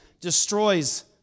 destroys